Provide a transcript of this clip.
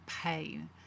pain